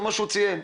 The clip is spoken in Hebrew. כמו שהוא ציין,